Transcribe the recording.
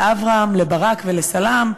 לאברהם, לברק ולסאלם.